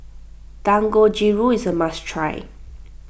Dangojiru is a must try